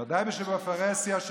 בוודאי בפרהסיה.